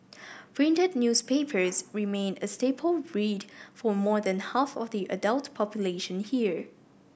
printed newspapers remain a staple read for more than half of the adult population here